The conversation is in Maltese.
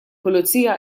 pulizija